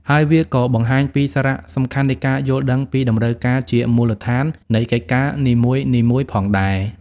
ហើយវាក៏បង្ហាញពីសារៈសំខាន់នៃការយល់ដឹងពីតម្រូវការជាមូលដ្ឋាននៃកិច្ចការនីមួយៗផងដែរ។